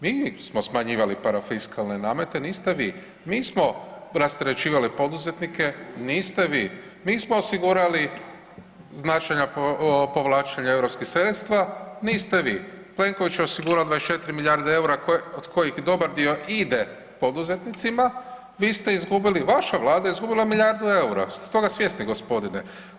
Mi smo smanjivali parafiskalne namete, niste vi, mi smo rasterećivali poduzetnike niste vi, mi smo osigurala značajna povlačenja europskih sredstva niste vi, Plenković je osigurao 24 milijarde EUR-a od kojih dobar dio ide poduzetnicima, vi ste izgubili vaša vlada je izgubila milijardu EUR-a, jeste toga svjesni gospodine.